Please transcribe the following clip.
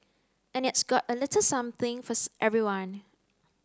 and it's got a little something for everyone